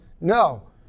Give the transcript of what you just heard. No